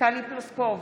טלי פלוסקוב,